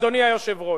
אדוני היושב-ראש,